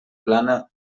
plana